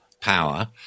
power